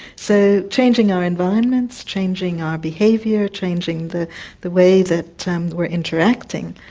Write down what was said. so changing our environments, changing our behaviour, changing the the way that we are interacting